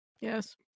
Yes